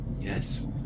Yes